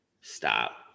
Stop